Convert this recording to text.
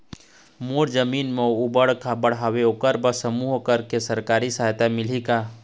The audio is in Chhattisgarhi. मोर जमीन म ऊबड़ खाबड़ हावे ओकर बर समूह करे बर सरकारी सहायता मिलही का?